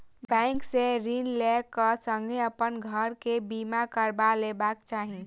bank से ऋण लै क संगै अपन घर के बीमा करबा लेबाक चाही